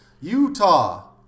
Utah